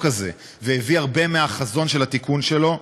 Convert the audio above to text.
הזה והביא הרבה מהחזון של התיקון שלו,